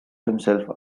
himself